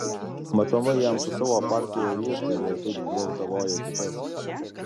matomai jam su savo partija riesta jei taip gvaltavoja kitas